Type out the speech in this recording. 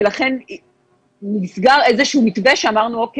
ולכן נסגר איזשהו מתווה שאמרנו: אוקיי,